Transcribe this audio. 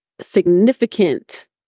significant